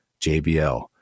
JBL